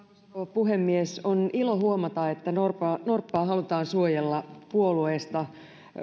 puhemies on ilo huomata että norppaa halutaan suojella puolueesta